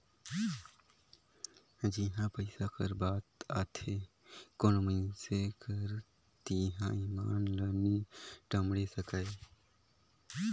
जिहां पइसा कर बात आथे कोनो मइनसे कर तिहां ईमान ल नी टमड़े सकाए